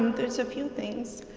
there's a few things.